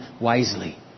wisely